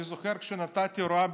אני זוכר שנתתי הוראה,